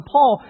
Paul